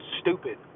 stupid